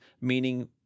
meaning